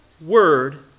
word